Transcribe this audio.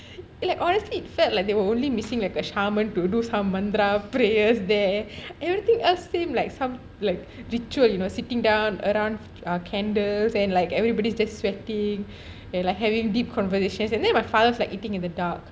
like honestly it felt like they were only missing like a charmant to do some mantra prayers there everything else seem like some ritual you know sitting down around um candles and like everybody's there sweating and like having deep conversations and then my father like eating in the dark